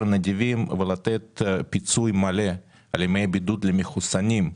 נדיבים ולתת פיצוי מלא על ימי בידוד למחוסנים,